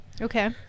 okay